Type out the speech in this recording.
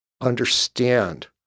understand